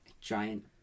giant